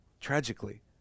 tragically